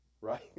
right